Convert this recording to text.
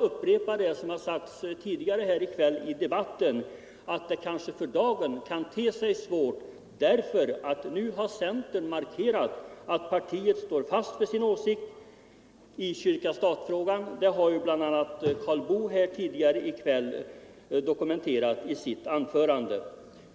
upprepa vad som sagts tidigare 139 Nr 117 i kväll, att det för dagen ter sig svårt därför att centern nu har markerat Torsdagen den att partiet står fast vid sin åsikt i kyrka-stat-frågan. Det framhöll bl.a. 7 november 1974 herr Boo i sitt anförande.